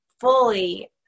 fully